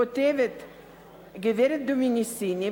כותבת גברת דומיניסיני,